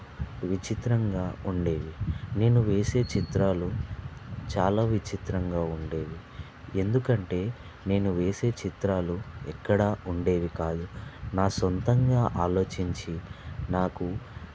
విచిత్రంగా ఉండేవి నేను వేసే చిత్రాలు చాలా విచిత్రంగా ఉండేవి ఎందుకంటే నేను వేసే చిత్రాలు ఎక్కడా ఉండేవి కావు నా సొంతంగా ఆలోచించి నాకు